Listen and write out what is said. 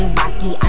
rocky